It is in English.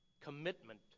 commitment